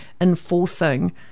enforcing